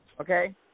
Okay